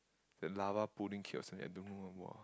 that lava pudding cake or something I don't know ah !wah!